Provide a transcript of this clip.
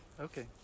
Okay